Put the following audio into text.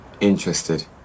Interested